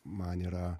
man yra